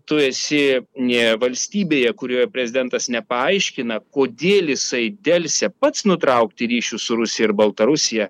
tu esi e valstybėje kurioje prezidentas nepaaiškina kodėl jisai delsia pats nutraukti ryšius su rusija ir baltarusija